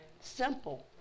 Simple